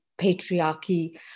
patriarchy